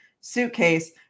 suitcase